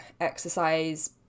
exercise